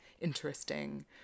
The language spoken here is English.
interesting